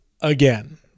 again